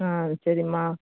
ஆ சரிம்மா